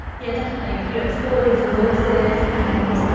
yeah, definitely. if you explore these resources, and